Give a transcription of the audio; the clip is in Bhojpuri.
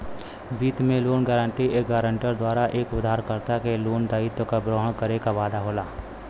वित्त में लोन गारंटी एक गारंटर द्वारा एक उधारकर्ता के लोन दायित्व क ग्रहण करे क वादा होला